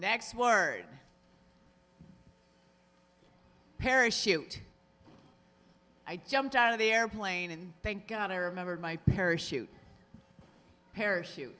next word parachute i jumped out of the airplane and thank god i remembered my parachute parachute